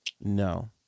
no